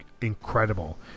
incredible